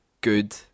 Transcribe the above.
Good